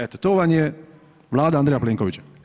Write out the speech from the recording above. Eto, to vam je Vlada Andreja Plenkovića.